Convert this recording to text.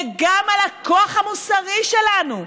וגם על הכוח המוסרי שלנו,